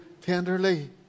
tenderly